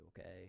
okay